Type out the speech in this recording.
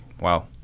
Wow